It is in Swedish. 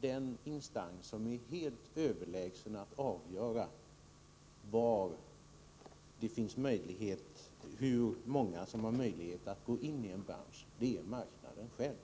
Den instans som är helt överlägsen när det gäller att avgöra hur många som har möjlighet att gå ini en bransch är marknaden själv.